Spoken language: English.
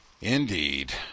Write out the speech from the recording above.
Indeed